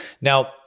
Now